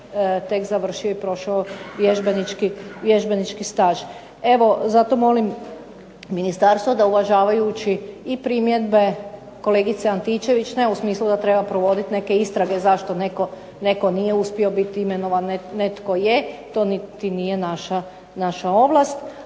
tek završio i prošao vježbenički staž. Evo, zato molim ministarstvo da uvažavajući i primjedbe kolegice Antičević ne u smislu da treba provoditi neke istrage zašto netko nije uspio biti imenovan, netko je, to niti nije naša ovlast,